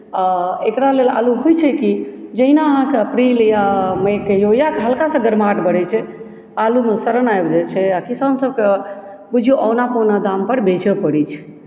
आओर एकरा लेल आलू होइत छै कि जहिना अहाँके अप्रिल या मई कहियौ या हल्का सा गर्माहट बढ़ैत छै आलूमे सड़न आबि जाइत छै आओर किसानसभके बुझियौ औना पौना दामपर बेचय पड़ैत छै